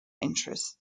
interests